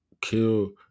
kill